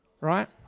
Right